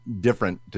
different